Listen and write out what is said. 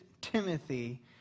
timothy